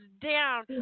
down